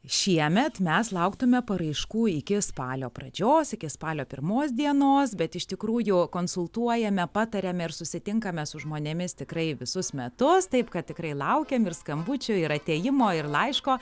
šiemet mes lauktume paraiškų iki spalio pradžios iki spalio pirmos dienos bet iš tikrųjų konsultuojame patariame ir susitinkame su žmonėmis tikrai visus metus taip kad tikrai laukiam ir skambučių ir atėjimo ir laiško